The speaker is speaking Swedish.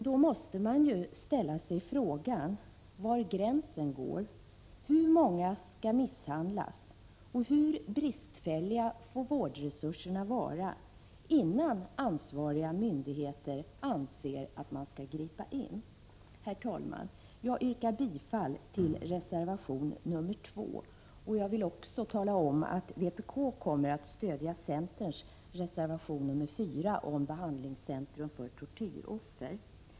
Då måste man ju ställa sig frågan var gränsen går, hur många som skall misshandlas och hur bristfälliga får vårdresurserna vara innan ansvariga myndigheter anser att de skall gripa in. Herr talman! Jag yrkar bifall till reservation 2. Jag vill också tala om att vpk kommer att stödja centerns reservation 4 om behandlingscentrum för tortyroffer.